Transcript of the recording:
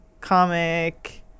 comic